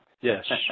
Yes